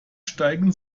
steigen